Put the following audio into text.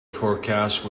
forecast